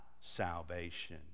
salvation